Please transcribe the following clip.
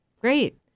Great